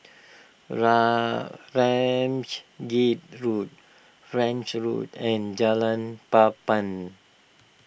Ramsgate Road French Road and Jalan Papan